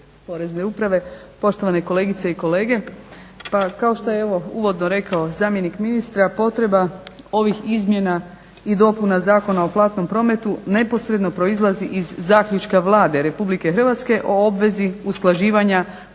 razumije./ … poštovane kolegice i kolege. Pa kao što je evo uvodno rekao zamjenik ministra potreba ovih izmjena i dopuna Zakona o platnom prometu neposredno proizlazi iz zaključka Vlade RH o obvezi usklađivanja